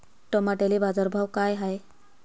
टमाट्याले बाजारभाव काय हाय?